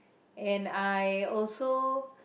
and I also